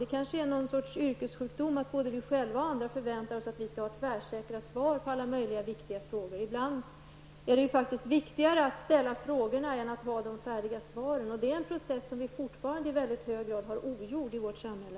Det är någon sorts yrkessjukdom att vi själva förväntar oss -- och andra förväntar sig -- att vi skall ha tvärsäkra svar på alla möjliga viktiga frågor. Ibland är det faktiskt viktigare att ställa frågorna än att ha de färdiga svaren. Det är en process som vi fortfarande i mycket hög grad har ogjord i vårt samhälle.